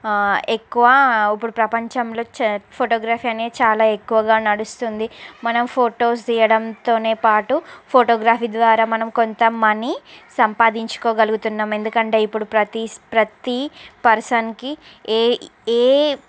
ఎక్కువ ఇప్పుడు ప్రపంచంలో చ ఫొటోగ్రఫీ అనేది చాలా ఎక్కువగా నడుస్తుంది మనం ఫోటోస్ తీయడంతోనే పాటు ఫోటోగ్రాఫీ ద్వారా మనం కొంత మనీ సంపాదించుకోగలుగుతున్నాం ఎందుకంటే ఇప్పుడు ప్రతీ స్ ప్రతీ పర్సన్కి ఏ ఏ